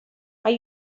are